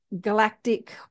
galactic